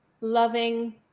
loving